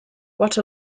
what